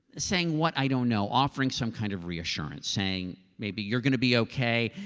saying what, i don't know, offering some kind of reassurance, saying maybe you're going to be okay.